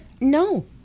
no